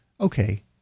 Okay